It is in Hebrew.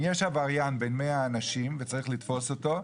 שאם יש עבריין בין 100 אנשים וצריך לתפוס אותו,